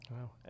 Wow